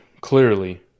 clearly